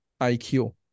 IQ